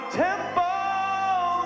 temple